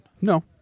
No